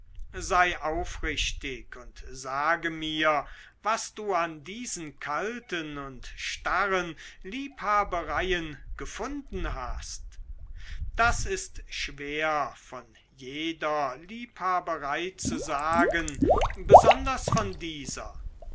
sei aufrichtig und sage mir was du an diesen kalten und starren liebhabereien gefunden hast das ist schwer von jeder liebhaberei zu sagen besonders von dieser